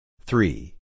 Three